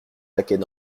paquets